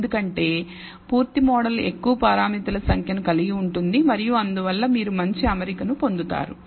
ఎందుకంటే పూర్తి మోడల్ ఎక్కువ పారామితులు సంఖ్యను కలిగి ఉంటుంది మరియు అందువల్ల మీరు మంచి ఆమరిక ని పొందుతారు